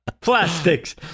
plastics